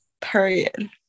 Period